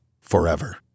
forever